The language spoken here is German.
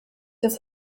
das